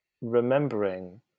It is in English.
remembering